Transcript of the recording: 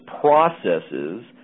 processes